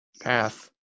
path